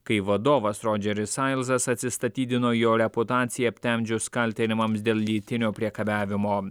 kai vadovas rodžeris sailzas atsistatydino jo reputaciją aptemdžius kaltinimams dėl lytinio priekabiavimo